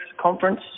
Conference